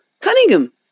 Cunningham